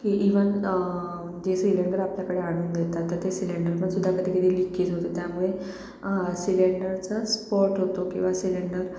की इव्हन जे सिलेंडर आपल्याकडे आणून देतात तर ते सिलेंडर पण सुद्धा कधी कधी लीकेज होतं त्यामुळे सिलेंडरचा स्फोट होतो किंवा सिलेंडर